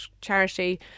charity